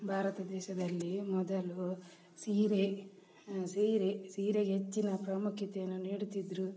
ಭಾರತ ದೇಶದಲ್ಲಿ ಮೊದಲು ಸೀರೆ ಸೀರೆ ಸೀರೆಗೆ ಹೆಚ್ಚಿನ ಪ್ರಾಮುಖ್ಯತೆನ ನೀಡುತ್ತಿದ್ದರು